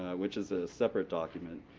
which is a separate document,